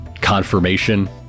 confirmation